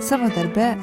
savo darbe